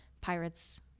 Pirates